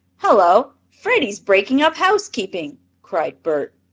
hullo! freddie's breaking up housekeeping! cried bert.